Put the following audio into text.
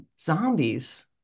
zombies